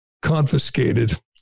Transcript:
confiscated